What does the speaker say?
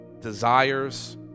desires